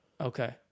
Okay